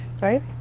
right